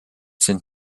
sind